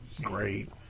great